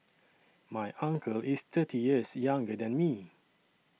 my uncle is thirty years younger than me